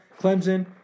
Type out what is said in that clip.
Clemson